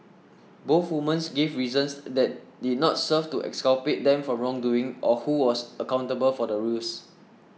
both woman gave reasons that did not serve to exculpate them from wrongdoing or who was accountable for the ruse